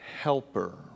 helper